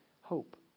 hope